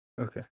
Okay